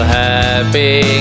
happy